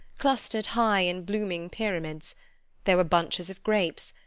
clustered high in blooming pyramids there were bunches of grapes,